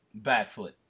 backflip